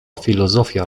filozofia